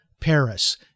Paris